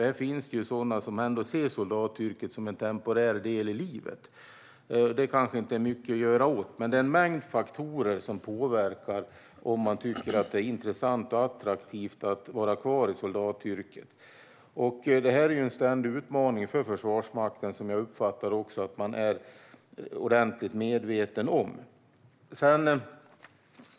Det finns sådana som ser soldatyrket som en temporär del i livet, och det är kanske inte mycket att göra åt. Det är en mängd faktorer som påverkar om man tycker att det är intressant och attraktivt att vara kvar i soldatyrket. Detta är en ständig utmaning för Försvarsmakten, som jag uppfattar att de är ordentligt medvetna om.